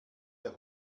der